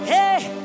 Hey